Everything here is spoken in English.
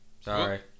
Sorry